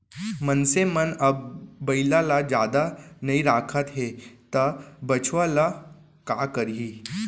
मनसे मन अब बइला ल जादा नइ राखत हें त बछवा ल का करहीं